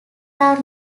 are